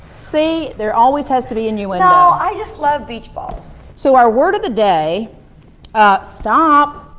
see? there always has to be innuendo. no, i just love beach balls. so our word of the day, ah stop.